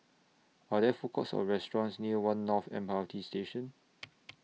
Are There Food Courts Or restaurants near one North M R T Station